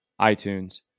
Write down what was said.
iTunes